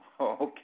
Okay